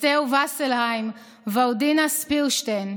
אסתר וייסלבלום ורדינה ספירשטיין: